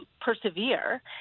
persevere